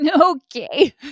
Okay